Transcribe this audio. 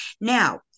now